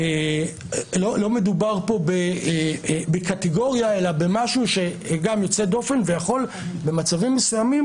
לא מדובר בקטגוריה אלא במשהו שהוא גם יוצא דופן ויכול במצבים מסוימים